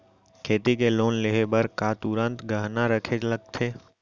खेती के लोन लेहे बर का तुरंत गहना रखे लगथे?